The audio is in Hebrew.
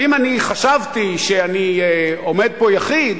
ואם חשבתי שאני עומד פה יחיד,